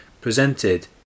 presented